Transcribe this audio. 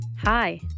Hi